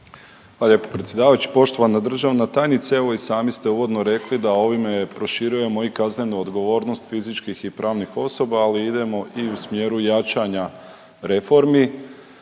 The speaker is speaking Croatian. Hvala lijepo predsjedavajući. Poštovana državna tajnice evo i sami ste uvodno rekli da ovime proširujemo i kaznenu odgovornost fizičkih i pravnih osoba ali idemo i u smjeru jačanja reformi.